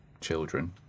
children